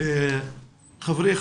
חברי,